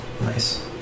Nice